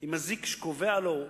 עם אזיק שקובע לו.